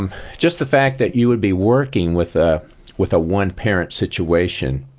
um just the fact that you would be working with ah with a one-parent situation